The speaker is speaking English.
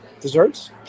desserts